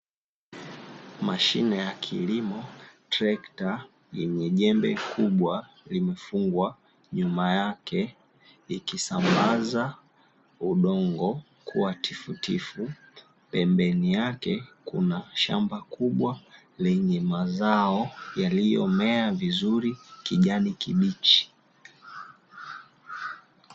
Mashine ya kilimo trekta yenye jembe kubwa limefungwa nyuma yake, ikisambaza udongo kuwa tifutifu pembeni yake kuna shamba kubwa lenye mazao yaliyomea vizuri ya kijani kibichi.